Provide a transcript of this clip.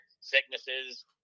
sicknesses